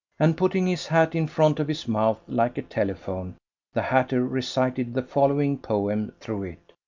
and putting his hat in front of his mouth like a telephone the hatter recited the following poem through it